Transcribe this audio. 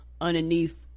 underneath